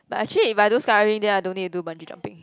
but actually if I do skydiving then I don't need to do bungee jumping